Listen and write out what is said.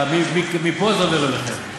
מפה זה עובר אליכם.